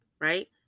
Right